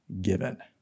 given